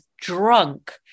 drunk